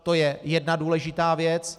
To je jedna důležitá věc.